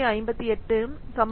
58 1